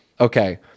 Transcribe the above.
Okay